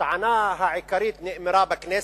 הטענה העיקרית נאמרה בכנסת,